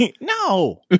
no